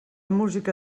música